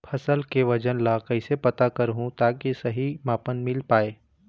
फसल के वजन ला कैसे पता करहूं ताकि सही मापन मील पाए?